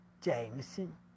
Jameson